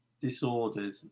disordered